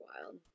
wild